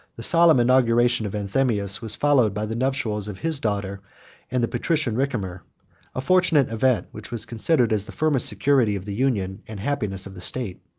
the solemn inauguration of anthemius was followed by the nuptials of his daughter and the patrician ricimer a fortunate event, which was considered as the firmest security of the union and happiness of the state.